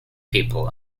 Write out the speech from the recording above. people